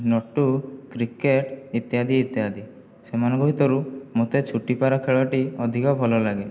ନଟୁ କ୍ରିକେଟ୍ ଇତ୍ୟାଦି ଇତ୍ୟାଦି ସେମାନଙ୍କ ଭିତରୁ ମୋତେ ଛୋଟିପାରା ଖେଳଟି ଅଧିକ ଭଲ ଲାଗେ